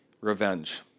revenge